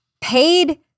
paid